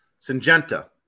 Syngenta